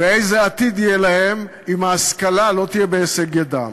ואיזה עתיד יהיה להם אם ההשכלה לא תהיה בהישג ידם.